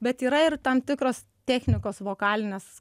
bet yra ir tam tikros technikos vokalinės